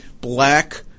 black